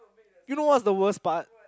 you know what's the worst part